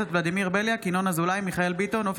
ולדימיר בליאק, ינון אזולאי, יצחק